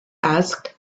asked